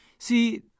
See